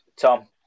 Tom